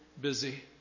busy